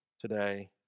today